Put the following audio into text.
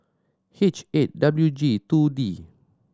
H eight W G Two D